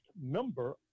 member